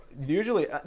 usually